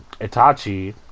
Itachi